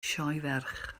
sioeferch